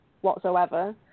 whatsoever